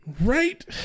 Right